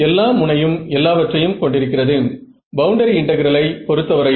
இங்கே என்ன நடந்து கொண்டிருக்கிறது என்று நீங்கள் யோசிக்கிறீர்கள்